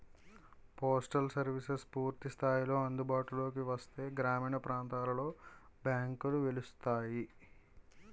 postal services పూర్తి స్థాయిలో అందుబాటులోకి వస్తే గ్రామీణ ప్రాంతాలలో బ్యాంకులు వెలుస్తాయి